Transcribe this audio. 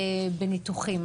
לקצר בניתוחים.